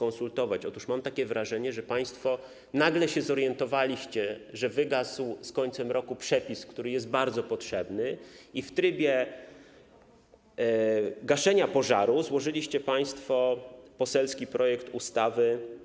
Otóż mam takie wrażenie, że państwo nagle się zorientowaliście, że wygasł z końcem roku przepis, który jest bardzo potrzebny, i w trybie gaszenia pożaru złożyliście państwo poselski projekt ustawy.